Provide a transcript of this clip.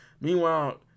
Meanwhile